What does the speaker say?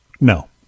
No